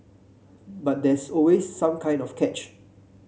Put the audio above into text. but there's always some kind of catch